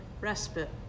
respite